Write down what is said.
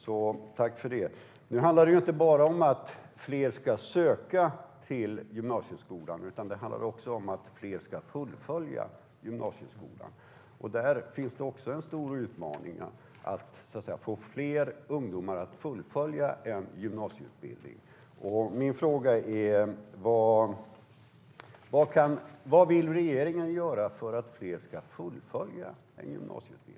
Jag tackar för det. Nu handlar det inte bara om att fler ska söka till gymnasieskolan utan också om att fler ska fullfölja gymnasieskolan. Det finns en stor utmaning när det gäller att få fler ungdomar att fullfölja sin utbildning. Min fråga är: Vad vill regeringen göra för att fler ska fullfölja sin gymnasieutbildning?